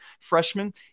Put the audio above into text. freshman